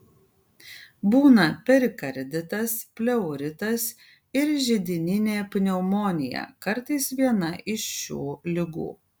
būna perikarditas pleuritas ir židininė pneumonija kartais viena iš šių ligų